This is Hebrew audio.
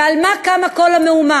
ועל מה קמה כל המהומה?